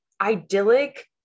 idyllic